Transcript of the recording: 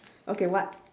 okay what